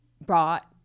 brought